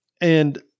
And-